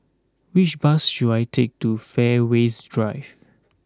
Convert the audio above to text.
which bus should I take to Fairways Drive